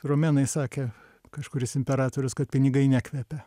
romėnai sakė kažkuris imperatorius kad pinigai nekvepia